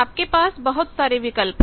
आपके पास बहुत सारे विकल्प है